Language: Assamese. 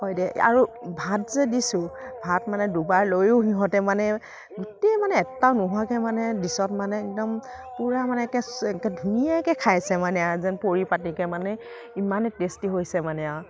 হয় দে আৰু ভাত যে দিছোঁ ভাত মানে দুবাৰ লৈও সিহঁতে মানে গোটেই মানে এটাও নোহোৱাকে মানে ডিছত মানে একদম পূৰা মানে এনেকে ধুনীয়াকে খাইছে মানে আৰু যেন পৰিপাটীকৈ মানে ইমানে টেষ্টী হৈছে মানে আৰু